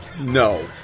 no